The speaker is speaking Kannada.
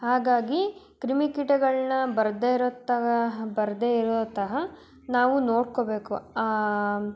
ಹಾಗಾಗಿ ಕ್ರಿಮಿಕೀಟಗಳನ್ನ ಬರದೇ ಇರೋ ತರಹ ಬರದೇ ಇರೋ ತರಹ ನಾವು ನೋಡ್ಕೋಬೇಕು